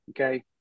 Okay